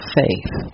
faith